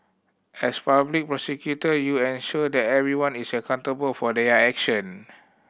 as public prosecutor you ensure that everyone is accountable for their action